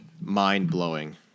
mind-blowing